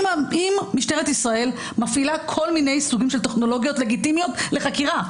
אם משטרת ישראל מפעילה כל מיני סוגי טכנולוגיות לגיטימיות לחקירה,